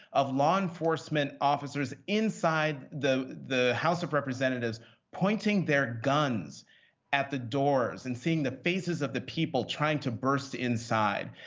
of law enforcement officers inside the the house of representatives pointing their guns at the doors, and seeing the faces of the people trying to burst inside.